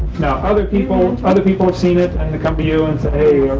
now other people and other people have seen it and come to you and say?